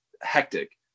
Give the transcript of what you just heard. hectic